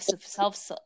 self